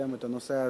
קידם את הנושא הזה,